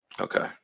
Okay